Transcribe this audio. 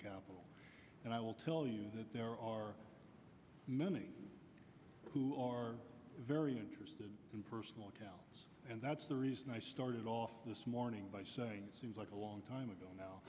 capitol and i will tell you that there are many who are very interested in personal attacks and that's the reason i started off this morning by saying seems like a long time ago now